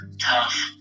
tough